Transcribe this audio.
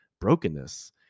brokenness